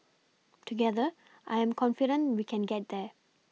together I am confident we can get there